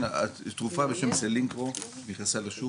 תרופה בשם סלינקרו נכנסה לשוק,